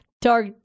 Dark